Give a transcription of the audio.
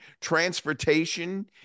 transportation